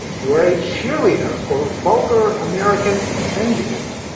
you are a cheerleader for vulgar american can-doism,